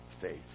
faith